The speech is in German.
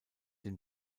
den